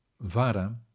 Vara